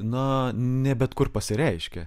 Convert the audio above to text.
na ne bet kur pasireiškia